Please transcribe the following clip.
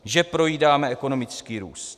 Že projídáme ekonomický růst.